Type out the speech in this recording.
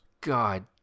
God